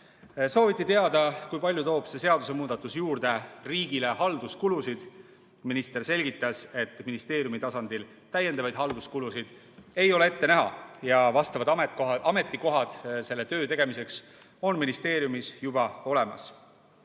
üle. Sooviti teada, kui palju toob see seadusemuudatus juurde riigile halduskulusid. Minister selgitas, et ministeeriumi tasandil täiendavaid halduskulusid ei ole ette näha ja vastavad ametikohad selle töö tegemiseks on ministeeriumis juba olemas.